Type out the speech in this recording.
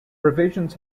provisions